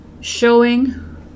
Showing